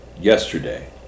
yesterday